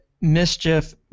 Mischief